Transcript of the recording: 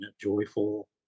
joyful